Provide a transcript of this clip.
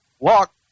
walk